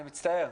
אני מצטער.